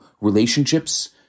relationships